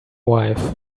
wife